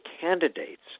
candidates